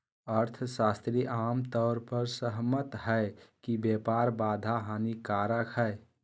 अर्थशास्त्री आम तौर पर सहमत हइ कि व्यापार बाधा हानिकारक हइ